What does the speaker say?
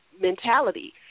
mentality